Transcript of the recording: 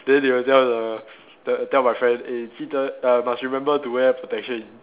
then they will tell the tell tell my friend eh 记得 err must remember to wear protection